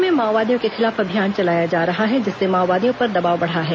जिले में माओवादियों के खिलाफ अभियान चलाया जा रहा है जिससे माओवादियों पर दबाव बढ़ा है